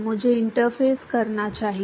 मुझे इंटरफ़ेस कहना चाहिए